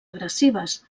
agressives